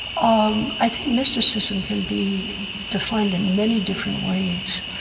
um i think mysticism can be defined in many different ways.